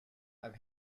i’ve